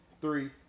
three